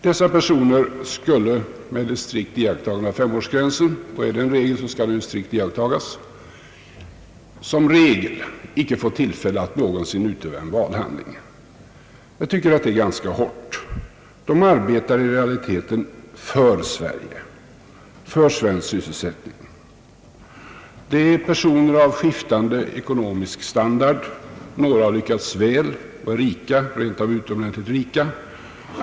Dessa människor skulle med den strikt iakttagna femårsgränsen — är den en regel skall den strikt iakttagas — för det mesta inte få tillfälle att någonsin utöva en valhandling. Jag tycker att det är ganska hårt mot dem. De arbetar ju i realiteten för Sverige och för svensk sysselsättning. Det gäller personer av skiftande ekonomisk standard. Några har lyckats väl och är rika, rent av utomordentligt rika.